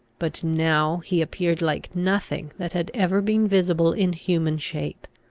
but now he appeared like nothing that had ever been visible in human shape.